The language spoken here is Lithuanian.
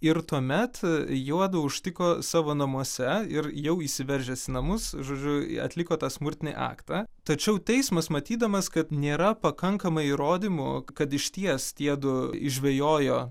ir tuomet juodu užtiko savo namuose ir jau įsiveržęs į namus žodžiu atliko tą smurtinį aktą tačiau teismas matydamas kad nėra pakankamai įrodymų kad išties tiedu žvejojo